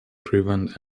prevent